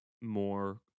more